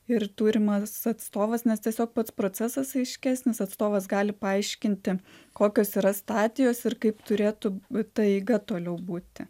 ir turimas atstovas nes tiesiog pats procesas aiškesnis atstovas gali paaiškinti kokios yra stadijos ir kaip turėtų ta eiga toliau būti